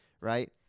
right